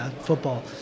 football